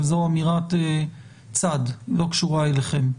אבל זאת אמירת צד שלא קשורה אליכם.